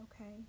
okay